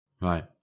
Right